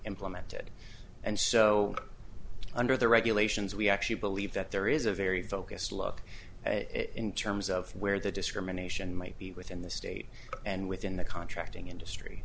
implemented and so under the regulations we actually believe that there is a very focused look in terms of where the discrimination might be within the state and within the contracting industry